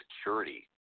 security